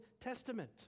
Testament